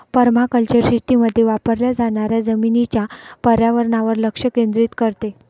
permaculture शेतीमध्ये वापरल्या जाणाऱ्या जमिनीच्या पर्यावरणावर लक्ष केंद्रित करते